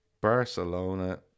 Barcelona